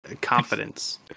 confidence